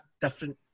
different